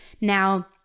Now